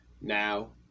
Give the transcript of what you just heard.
now